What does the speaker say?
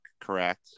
correct